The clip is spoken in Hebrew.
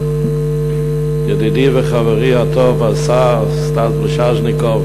ידידי וחברי הטוב השר סטס מיסז'ניקוב,